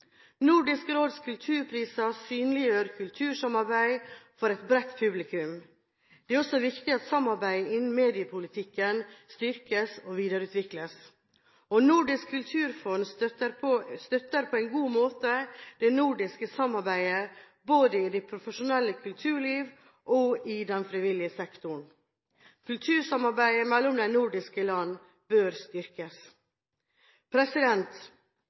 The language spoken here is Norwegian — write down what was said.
Nordisk Råds kulturpriser synliggjør kultursamarbeidet for et bredt publikum. Det er også viktig at samarbeidet innen mediepolitikken styrkes og videreutvikles. Nordisk Kulturfond støtter på en god måte det nordiske samarbeidet både i det profesjonelle kulturlivet og i den frivillige sektoren. Kultursamarbeidet mellom de nordiske land bør